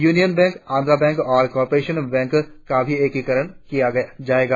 union bank Andhra bank और corporation बैंकों का भी एकीकरण किया जाएगा